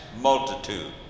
multitude